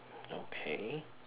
okay